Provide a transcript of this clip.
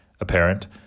apparent